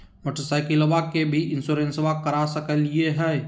मोटरसाइकिलबा के भी इंसोरेंसबा करा सकलीय है?